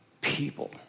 people